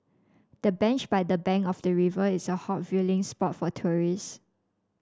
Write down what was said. the bench by the bank of the river is a hot viewing spot for tourist